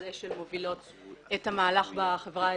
השל" מובילות את המהלך בחברה האזרחית.